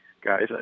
guys